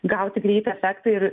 gauti greitą efektą ir